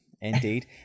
Indeed